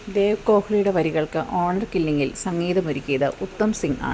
ദേവ് കോഹ്ലിയുടെ വരികൾക്ക് ഓണർ കില്ലിംഗിൽ സംഗീതമൊരുക്കിയത് ഉത്തം സിംഗാണ്